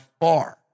far